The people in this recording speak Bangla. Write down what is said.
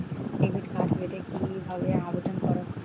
ডেবিট কার্ড পেতে কিভাবে আবেদন করব?